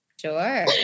Sure